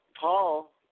Paul